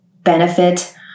benefit